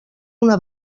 una